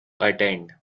attend